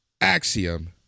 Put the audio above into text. Axiom